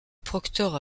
proctor